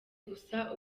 gusa